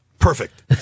Perfect